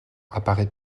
apparaît